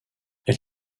elle